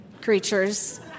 creatures